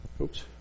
Oops